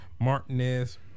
Martinez